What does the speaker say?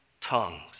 tongues